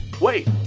Wait